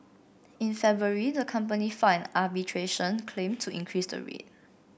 in February the company filed arbitration claim to increase the rate